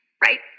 Right